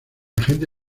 agente